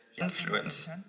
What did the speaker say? influence